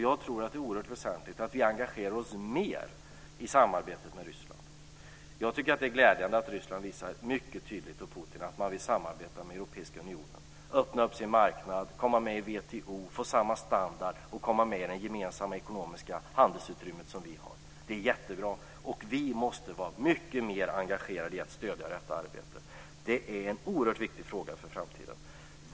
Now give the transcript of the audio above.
Jag tror att det är oerhört väsentligt att vi engagerar oss mer i samarbetet med Ryssland. Det är glädjande att Ryssland och Putin visar mycket tydligt att man vill samarbeta med Europeiska unionen, öppna upp sin marknad, komma med i WTO, få samma standard och komma med i det gemensamma ekonomiska handelsutrymme som vi har. Det är jättebra. Vi måste vara mycket mer engagerade i att stödja detta arbete. Det är en oerhört viktig fråga för framtiden.